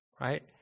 right